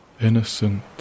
innocent